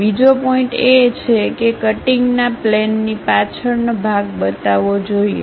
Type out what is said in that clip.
બીજો પોઇન્ટ એ છે કે કટીંગ ના પ્લેનની પાછળભાગ બતાવો જોઈએ